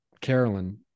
Carolyn